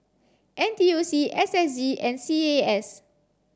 N T U C S S G and C A S